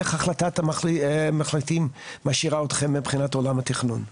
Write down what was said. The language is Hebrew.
איך החלטת המחליטים משאירה אתכם מבחינת עולם התכנון.